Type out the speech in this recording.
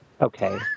okay